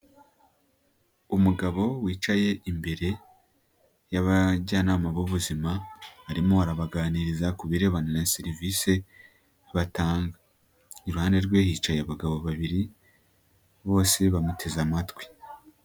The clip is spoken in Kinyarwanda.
Umugabo wicaye imbere y'abajyanama b'ubuzima arimo arabaganiriza ku birebana na serivise batanga, iruhande rwe hicaye abagabo babiri bose bamuteze amatwi.